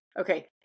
okay